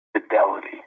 fidelity